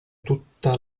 tutta